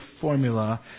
formula